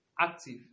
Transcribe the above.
active